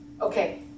Okay